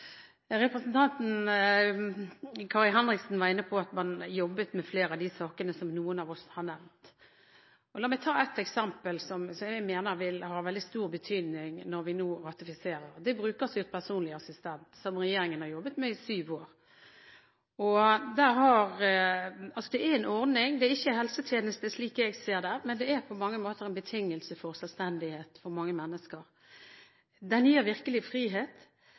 Representanten Kari Henriksen var inne på at man jobbet med flere av de sakene som noen av oss har nevnt. La meg ta ett eksempel som jeg mener vil ha veldig stor betydning når vi nå ratifiserer. Det er brukerstyrt personlig assistent, som regjeringen har jobbet med i syv år. Det er en ordning som ikke er en helsetjeneste, slik jeg ser det, men den er på mange måter en betingelse for selvstendighet for mange mennesker. Den gir virkelig frihet,